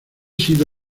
sido